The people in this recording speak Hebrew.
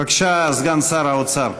בבקשה, סגן שר האוצר.